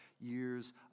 years